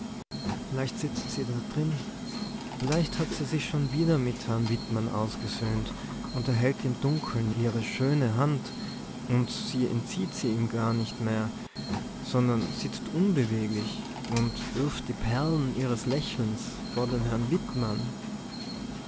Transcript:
vielleicht sitzt se da drin vielleicht hat se sich schon wieder mit herrn wittmann ausgesöhnt und er hält im dunkeln ihre schöne hand und sie entzieht se ihm nicht mehr sondern sitzt unbeweglich und wirft die perlen ihres lächelns vor den herrn